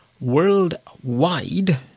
worldwide